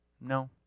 No